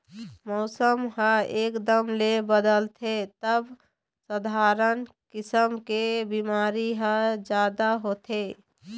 मउसम ह एकदम ले बदलथे तब सधारन किसम के बिमारी ह जादा होथे